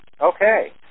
Okay